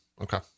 Okay